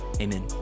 Amen